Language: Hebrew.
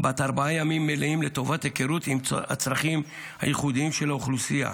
בת ארבעה ימים מלאים לטובת היכרות עם הצרכים הייחודיים של האוכלוסייה,